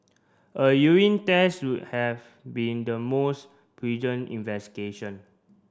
a urine test would have be in the most investigation